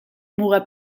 muga